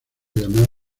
llamar